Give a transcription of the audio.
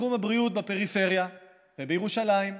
בתחום הבריאות בפריפריה ובירושלים,